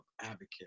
Advocate